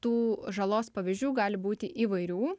tų žalos pavyzdžių gali būti įvairių